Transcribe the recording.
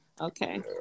Okay